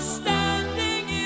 standing